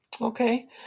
Okay